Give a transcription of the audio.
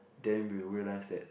then we'll realise that